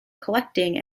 collecting